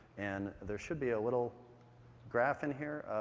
and there should be a little graph in here,